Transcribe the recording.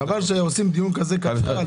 חבל שעושים דיון כזה קצר.